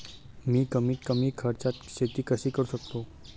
मी कमीत कमी खर्चात शेती कशी करू शकतो?